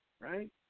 Right